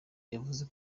yaguze